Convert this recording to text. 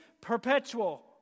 perpetual